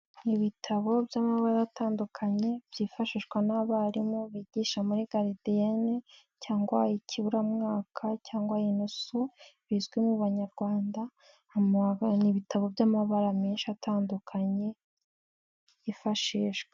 Ibitabo by'amabara atandukanye byifashishwa n'abarimu bigisha muri garidiyene cyangwa ikiburamwaka cyangwa inusu, bizwi mu banyarwanda amaba n'ibitabo by'amabara menshi atandukanye yifashijwe.